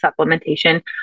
supplementation